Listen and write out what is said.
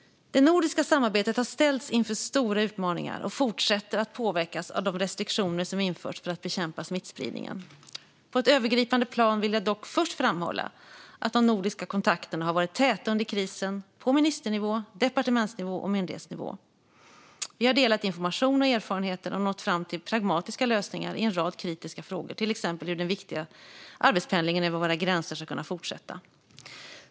Det nordiska samarbetet har ställts inför stora utmaningar och fortsätter att påverkas av de restriktioner som införts för att bekämpa smittspridningen. På ett övergripande plan vill jag dock först framhålla att de nordiska kontakterna har varit täta under krisen - på ministernivå, departementsnivå och myndighetsnivå. Vi har delat information och erfarenheter och nått fram till pragmatiska lösningar i en rad kritiska frågor. Till exempel har den viktigaste arbetspendlingen över våra gränser kunnat fortsätta.